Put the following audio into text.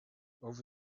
over